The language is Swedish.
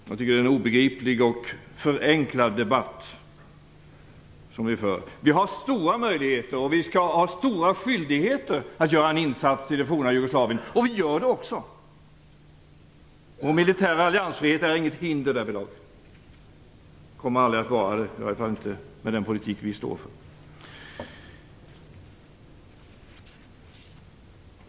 Jag tycker att det är en obegriplig och förenklad debatt som vi för. Vi har stora möjligheter, och stora skyldigheter, att göra en insats i det forna Jugoslavien. Vi gör det också. Vår militära alliansfrihet är inget hinder därvidlag och kommer aldrig att vara det, i varje fall inte med den politik vi står för.